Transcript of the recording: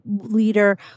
leader